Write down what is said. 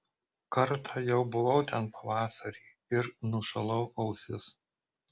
kartą jau buvau ten pavasarį ir nušalau ausis